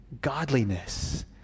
godliness